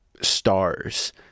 stars